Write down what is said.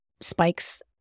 spikes